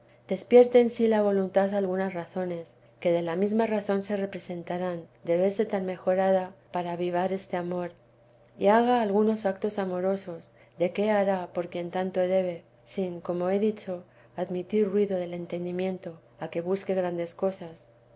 en sí la voluntad algunas razones que de la mesma razón se representarán de verse tan mejorada para avivar este amor y haga algunos actos amorosos de qué hará por quien tanto debe sin como he dicho admitir ruido del entendimiento a que busque grandes cosas